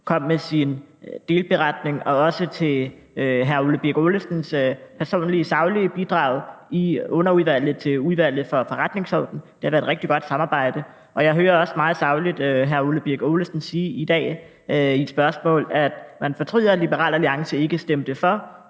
kom med sin delberetning, og også for hr. Ole Birk Olesens personligt saglige bidrag i Underudvalget for Udvalget for Forretningsordenen. Det har været et rigtig godt samarbejde, og jeg hører også meget sagligt hr. Ole Birk Olesen sige i dag i et spørgsmål, at man fortryder, at Liberal Alliance ikke stemte for